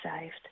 saved